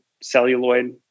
celluloid